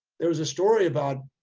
there was a story about,